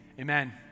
amen